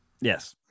Yes